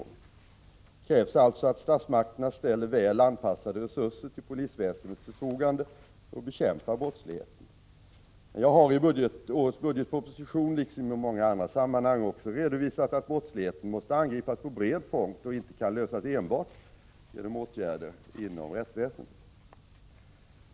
Det krävs alltså att statsmakterna ställer väl anpassade resurser till polisväsendets förfogande för att bekämpa brottsligheten. Men jag har i årets budgetproposition, liksom i många andra'sammanhang, också redovisat att brottsligheten måste angripas på bred front och inte kan lösas enbart genom åtgärder inom rättsväsendet.